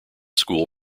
school